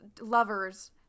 lovers